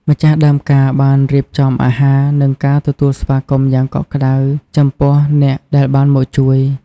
ម្ចាស់ដើមការបានរៀបចំអាហារ និងការទទួលស្វាគមន៍យ៉ាងកក់ក្ដៅចំពោះអ្នកដែលបានមកជួយ។